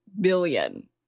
billion